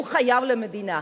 שהוא חייב למדינה,